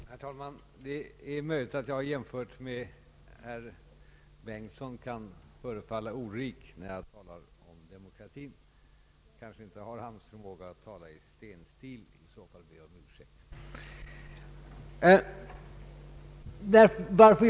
Herr talman! Det är möjligt att jag jämfört med herr Bengtson kan förefalla ordrik när jag talar om demokratin. Jag kanske inte har hans förmåga att tala i stenstil, och i så fall ber jag om ursäkt.